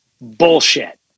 bullshit